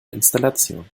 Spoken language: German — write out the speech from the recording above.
installation